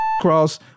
cross